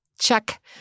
check